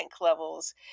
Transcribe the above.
levels